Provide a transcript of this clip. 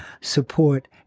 support